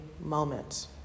moment